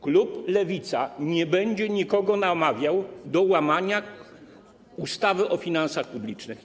Klub Lewica nie będzie nikogo namawiał do łamania ustawy o finansach publicznych.